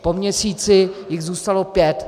Po měsíci jich zůstalo pět.